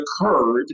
occurred